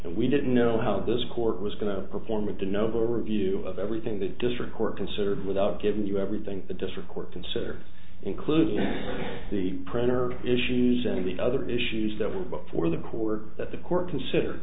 and we didn't know how this court was going to perform with the number review of everything the district court considered without giving you everything the district court consider including the printer issues and the other issues that were before the court that the court considered